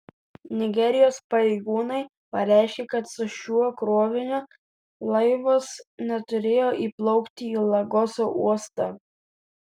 nigerijos pareigūnai pareiškė kad su šiuo kroviniu laivas neturėjo įplaukti į lagoso uostą